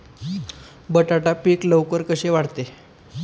बटाटा पीक लवकर कसे वाढते?